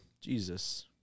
Jesus